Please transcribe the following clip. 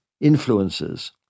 influences